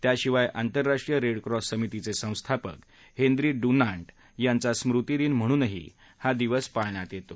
त्याशिवाय आंतरराष्ट्रीय Red Cross समितीचे संस्थापक हेन्री डुनांट यांचा स्मृतीदिन म्हणूनही हा दिवस पाळण्यात येतो